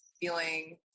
feeling